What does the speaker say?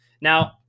Now